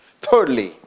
Thirdly